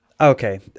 okay